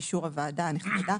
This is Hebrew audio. באישור הוועדה הנכבדה,